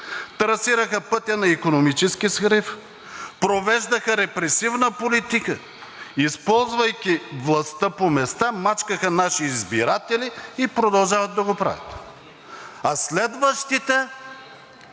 трасираха пътя на икономически срив, провеждаха репресивна политика, използвайки властта по места, мачкаха наши избиратели и продължават да го правят, а следващите,